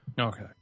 Okay